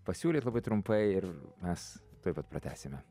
pasiūlyt labai trumpai ir mes tuoj pat pratęsime